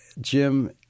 Jim